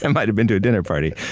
and might've been to a dinner party.